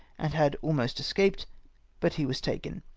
and had almost escaped but he was taken.